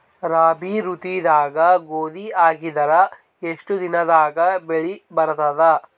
ರಾಬಿ ಋತುದಾಗ ಗೋಧಿ ಹಾಕಿದರ ಎಷ್ಟ ದಿನದಾಗ ಬೆಳಿ ಬರತದ?